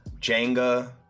Jenga